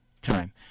time